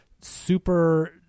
super